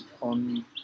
on